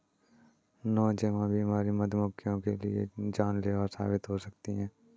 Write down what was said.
Nosema बीमारी मधुमक्खियों के लिए जानलेवा साबित हो सकती है